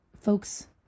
folks